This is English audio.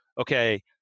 okay